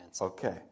Okay